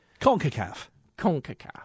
CONCACAF